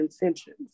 Intentions